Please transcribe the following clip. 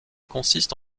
consiste